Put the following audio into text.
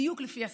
בדיוק לפי הספר.